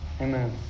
amen